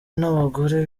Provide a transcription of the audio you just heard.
n’abagore